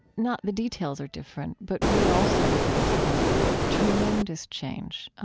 not the details are different, but we also live in a time of tremendous change.